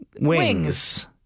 Wings